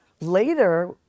later